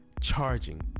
charging